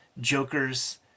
Joker's